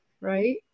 right